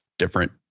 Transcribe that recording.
different